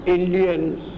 Indians